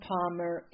Palmer